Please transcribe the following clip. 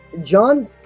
John